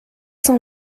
cent